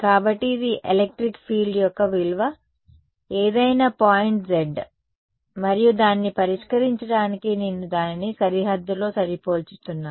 కాబట్టి ఇది electric field యొక్క విలువ ఏదైనా పాయింట్ z మరియు దాన్ని పరిష్కరించడానికి నేను దానిని సరిహద్దులో సరిపోల్చుతున్నాను